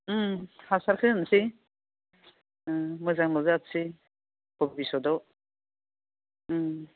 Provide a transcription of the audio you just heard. उम हासारखौ होनोसै ओं मोजांल' जाथोंसै बबिसतआव उम